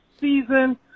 season